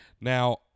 Now